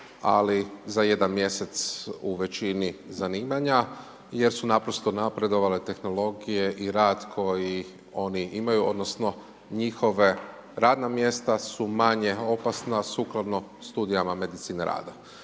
ali, za jedan mjesec u većini zanimanja, jer su naprosto napredovale tehnologije i rad koji oni imaju, odnosno, njihove radna mjesta su manje opasna sukladno studijama medicine rada.